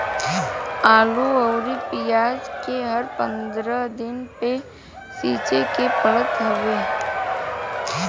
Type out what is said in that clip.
आलू अउरी पियाज के हर पंद्रह दिन पे सींचे के पड़त हवे